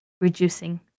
reducing